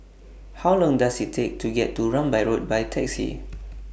How Long Does IT Take to get to Rambai Road By Taxi